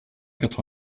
quatre